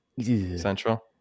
Central